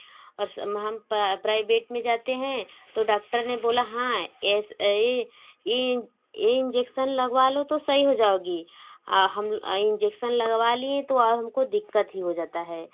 और प्राइवेट में जाते हैं तो डाक्टर ने बोला हाँ इस ई इंजेक्सन लगवा लो तो सही हो जाओगी और हम इंजेक्सन लगवा लिए तो और हमको दिक्कत ही हो जाता है